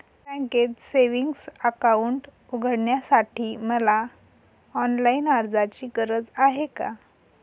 बँकेत savings account उघडण्यासाठी मला ऑनलाईन अर्जाची गरज आहे का?